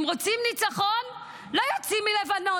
אם רוצים ניצחון, לא יוצאים מלבנון.